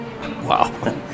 wow